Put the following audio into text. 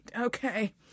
okay